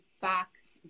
box